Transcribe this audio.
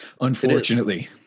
unfortunately